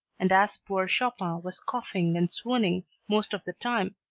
and as poor chopin was coughing and swooning most of the time,